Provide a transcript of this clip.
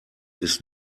ist